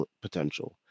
potential